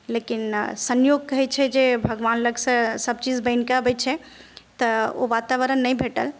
लेकिन संयोग कहै छै जे भगवान लगसँ सब चीज बनि के अबै छै तऽ ओ वातावरण नहि भेटल